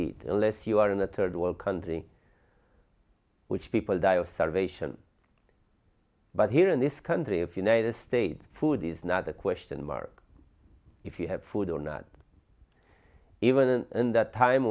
eat unless you are in a third world country which people die of starvation but here in this country of united states food is not a question mark if you have food or not even and that time